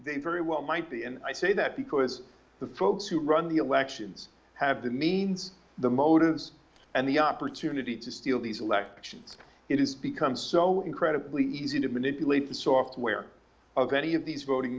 they very well might be and i say that because the folks who run the elections have the means the motive and the opportunity to steal these elections it has become so incredibly easy to manipulate the software of any of these voting